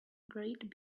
great